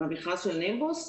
במכרז של נימבוס?